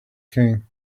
king